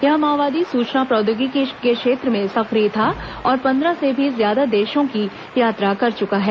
यह माओवादी सूचना प्रौद्योगिकी के क्षेत्र में सक्रिय था और पन्द्रह से भी ज्यादा देशों की यात्रा कर चुका है